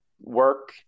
work